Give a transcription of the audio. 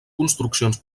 construccions